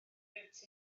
liwt